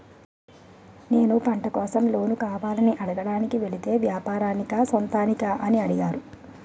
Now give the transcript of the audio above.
నేను పంట కోసం లోన్ కావాలని అడగడానికి వెలితే వ్యాపారానికా సొంతానికా అని అడిగారు